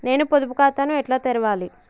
నేను పొదుపు ఖాతాను ఎట్లా తెరవాలి?